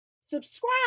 subscribe